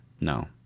No